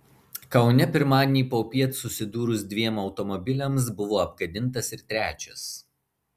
kaune pirmadienį popiet susidūrus dviem automobiliams buvo apgadintas ir trečias